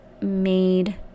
made